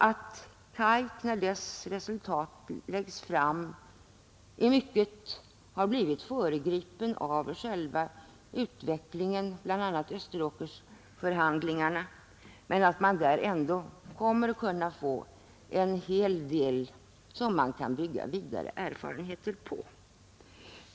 När KAIK:s betänkande läggs fram har det i mycket blivit föregripet av själva utvecklingen, bl.a. Österåkersförhandlingarna, men betänkandet kommer ändå att innehålla mycket som man kan bygga vidare på.